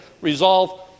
resolve